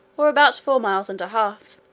or about four miles and a half,